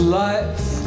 life